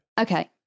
Okay